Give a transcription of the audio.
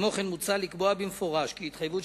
כמו כן מוצע לקבוע במפורש כי התחייבות